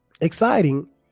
exciting